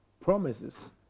promises